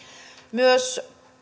myös